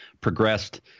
progressed